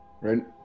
Right